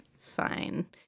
fine